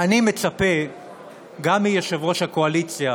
אני מצפה גם מיושב-ראש הקואליציה